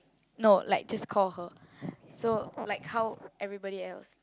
no like just call her so like how everybody else